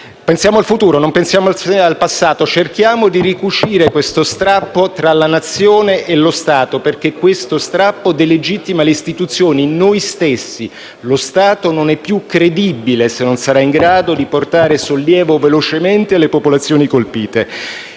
Pensiamo al futuro, non pensiamo al passato, cerchiamo di ricucire questo strappo tra la Nazione e lo Stato, perché questo strappo delegittima le istituzioni, noi stessi. Lo Stato non è più credibile se non sarà in grado di portare sollievo velocemente alle popolazioni colpite.